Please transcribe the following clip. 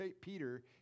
Peter